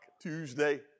Tuesday